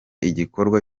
igikorwa